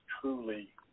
truly